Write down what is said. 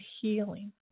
healing